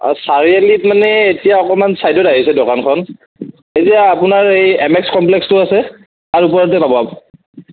চাৰিআলীত মানে এতিয়া অকণমান চাইদত আহিছে দোকানখন এতিয়া আপোনাৰ এই এম এছ কম্প্লেকটো আছে তাৰে ওচৰতে পাব